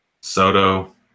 Soto